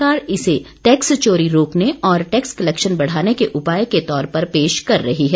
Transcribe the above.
सरकार इसे टैक्स चोरी रोकने और टैक्स क्लेक्शन बढ़ाने के उपाय के तौर पर पेश कर रही है